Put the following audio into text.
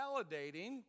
validating